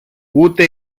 ούτε